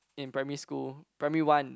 in primary school primary one